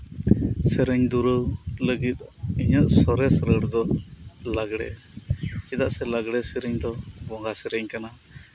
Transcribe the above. ᱥᱮᱨᱮᱧ ᱫᱩᱨᱟᱹᱝ ᱞᱟᱹᱜᱤᱫ ᱤᱧᱟᱹᱜ ᱥᱚᱨᱮᱥ ᱨᱟᱹᱲ ᱫᱚ ᱞᱟᱜᱽᱲᱮ ᱪᱮᱫᱟᱜ ᱥᱮ ᱞᱟᱜᱽᱲᱮ ᱥᱮᱨᱮᱧ ᱫᱚ ᱵᱚᱸᱜᱟ ᱥᱮᱨᱮᱧ ᱠᱟᱱᱟ